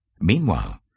Meanwhile